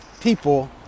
people